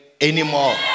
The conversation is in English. anymore